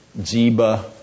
Zeba